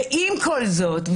עם כל זאת,